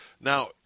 Now